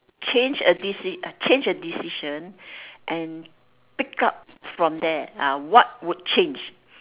change a deci~ uh change a decision and pick up from there ah what would change